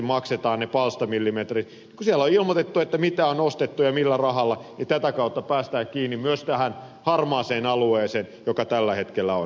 kun siellä on ilmoitettu mitä on ostettu ja millä rahalla niin tätä kautta päästään kiinni myös tähän harmaaseen alueeseen joka tällä hetkellä on